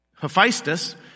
Hephaestus